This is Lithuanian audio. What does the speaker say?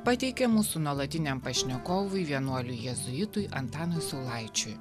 pateikė mūsų nuolatiniam pašnekovui vienuoliui jėzuitui antanui saulaičiui